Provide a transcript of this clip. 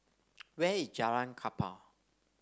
where is Jalan Kapal